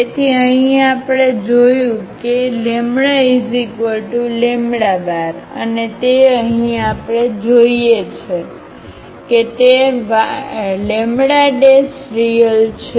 તેથી અહીં આપણે જોયું છે કે λઅને તે અહીં આપણે જોઈએ છે કે તે રીયલ છે